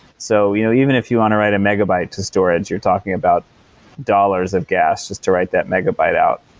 so you know even if you want to write a megabyte to storage, you're talking about dollars of gas just to write that megabyte out,